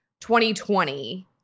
2020